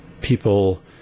people